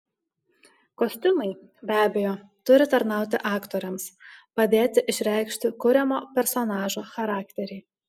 kostiumai be abejo turi tarnauti aktoriams padėti išreikšti kuriamo personažo charakterį